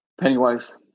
pennywise